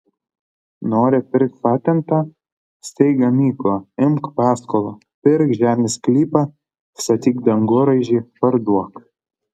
nori pirk patentą steik gamyklą imk paskolą pirk žemės sklypą statyk dangoraižį parduok